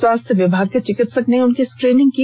स्वास्थ्य विभाग के चिकित्सक ने उनकी स्क्रीनिंग की